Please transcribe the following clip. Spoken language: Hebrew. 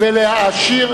ולהעשיר